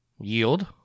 Yield